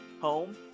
home